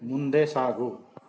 ಮುಂದೆ ಸಾಗು